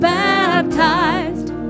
baptized